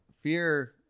fear